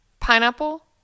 pineapple